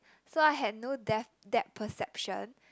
so I had no def~ depth perception